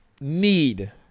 need